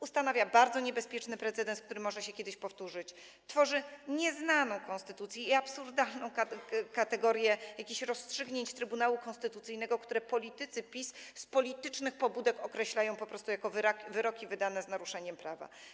Ustanawia bardzo niebezpieczny precedens, który może kiedyś się powtórzyć, tworzy nieznaną konstytucji i absurdalną kategorię jakichś rozstrzygnięć Trybunału Konstytucyjnego, które politycy PiS z politycznych pobudek określają po prostu jako wyroki wydane z naruszeniem prawa.